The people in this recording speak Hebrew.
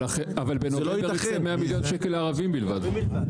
אבל יש 110 מיליון ₪ לערבים בלבד.